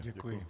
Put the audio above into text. Děkuji.